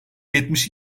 yetmiş